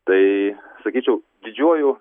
tai sakyčiau didžiuoju